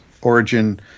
origin